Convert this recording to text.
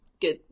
good